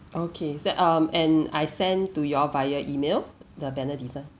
okay set um and I send to you all via email the banner design